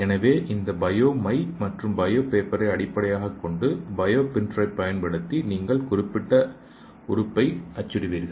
எனவே இந்த பயோ மை மற்றும் பயோ பேப்பரை அடிப்படையாகக் கொண்டு பயோ பிரிண்டரைப் பயன்படுத்தி குறிப்பிட்ட உறுப்பை அச்சிடுவீர்கள்